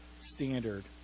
standard